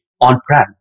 on-prem